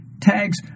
Tags